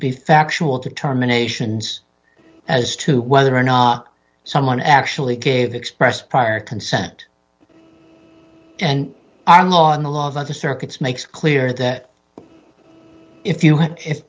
be factual determination as to whether or not someone actually gave express prior consent and our law in the law that the circuits makes clear that if you